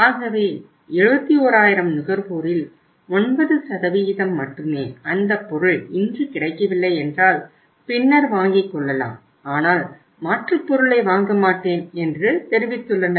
ஆகவே 71000 நுகர்வோரில் 9 மட்டுமே அந்த பொருள் இன்று கிடைக்கவில்லை என்றால் பின்னர் வாங்கிக்கொள்ளலாம் ஆனால் மாற்று பொருளை வாங்க மாட்டேன் என்று தெரிவித்துள்ளனர்